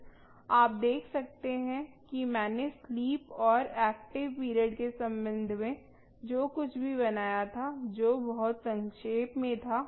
आप देख सकते हैं कि मैंने स्लीप और एक्टिव पीरियड के संबंध में जो कुछ भी बनाया था जो बहुत संक्षेप में था यह वास्तविकता है